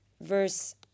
Verse